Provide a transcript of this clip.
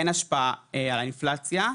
אין השפעה על האינפלציה.